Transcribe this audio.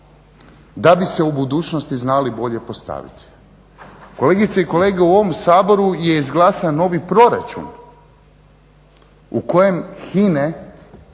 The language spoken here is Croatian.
da bi se u budućnosti znali bolje postaviti. Kolegice i kolege, u ovom Saboru je izglasan novi proračun u kojem HINA-e